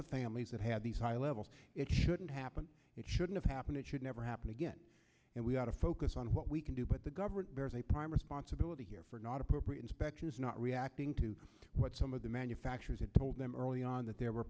the families that had these high levels it shouldn't happen it shouldn't happen it should never happen again and we ought to focus on what we can do but the government is a prime responsibility here for not appropriate inspections not reacting to what some of the manufacturers had told them early on that there were